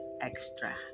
extra